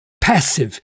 passive